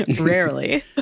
Rarely